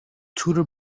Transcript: tudor